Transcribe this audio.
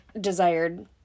desired